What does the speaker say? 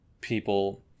people